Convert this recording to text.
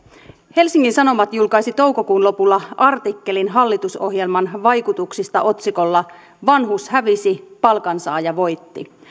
helsingin sanomat julkaisi toukokuun lopulla artikkelin hallitusohjelman vaikutuksista otsikolla vanhus hävisi palkansaaja voitti